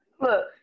Look